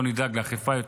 לא נדאג ליותר אכיפה,